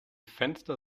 fenster